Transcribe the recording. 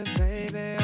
baby